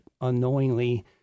unknowingly